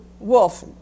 Wolf